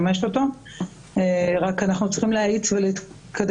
השימוש במזומן (הארכת הוראת השעה לעניין שימוש במזומן